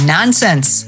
Nonsense